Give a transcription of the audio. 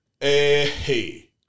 Hey